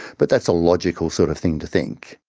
but that's a logical sort of thing to think.